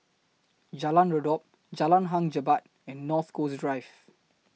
Jalan Redop Jalan Hang Jebat and North Coast Drive